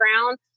ground